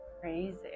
Crazy